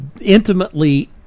intimately